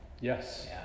yes